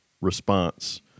response